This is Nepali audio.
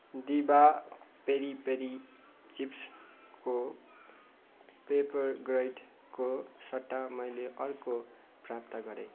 दिभा पेरी पेरी चिप्सको पेपरग्रिडको सट्टा मैले अर्को प्राप्त गरेँ